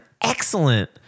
excellent